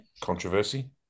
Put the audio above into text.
controversy